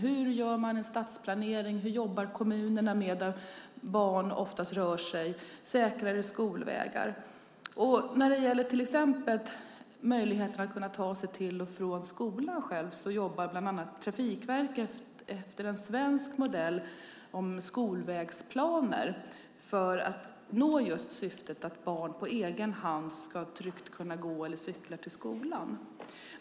Hur gör man en stadsplanering? Hur jobbar kommunerna med miljöer där barn ofta rör sig och säkrare skolvägar? När det gäller möjligheten att ta sig till och från skolan själv jobbar bland annat Trafikverket efter en svensk modell med skolvägsplaner för att barn på egen hand tryggt ska kunna gå eller cykla till skolan.